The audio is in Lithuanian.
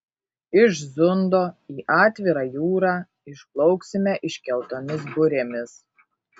iš zundo į atvirą jūrą išplauksime iškeltomis burėmis